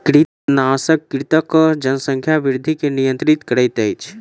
कृंतकनाशक कृंतकक जनसंख्या वृद्धि के नियंत्रित करैत अछि